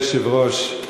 אדוני היושב-ראש,